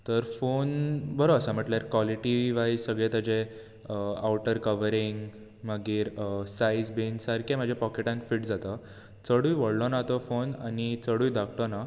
तर फोन बरो आसा म्हणजे काॅलिटी वायज सगळें तेचें आवटर कवरिंग मागीर सायज बीन सारकें म्हाज्या पाॅकेटांत फीट जाता चडूय व्हडलो ना तो फोन आनी चडूय धाकटो ना